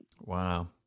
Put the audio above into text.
Wow